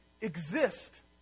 exist